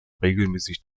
regelmäßig